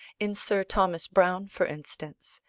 in sir thomas browne for instance,